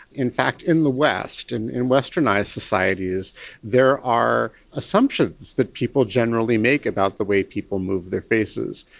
in fact in the west, and in westernised societies there are assumptions that people generally make about the way people move their faces.